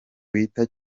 wita